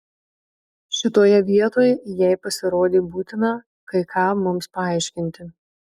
šitoje vietoj jai pasirodė būtina kai ką mums paaiškinti